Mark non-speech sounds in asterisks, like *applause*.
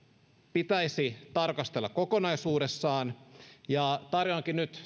pitäisi tarkastella kokonaisuudessaan ja tarjoankin nyt *unintelligible*